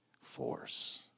force